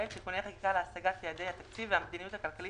(תיקוני חקיקה להשגת יעדי התקציב והמדיניות הכלכלית